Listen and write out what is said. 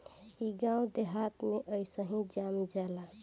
इ गांव देहात में अइसही जाम जाला